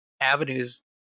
avenues